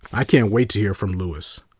i can't wait to hear from lewis,